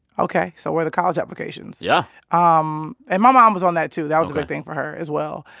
ok. so where are the college applications? yeah um and my mom was on that too ok that was a big thing for her as well.